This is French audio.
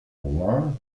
rouen